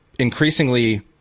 Increasingly